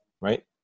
right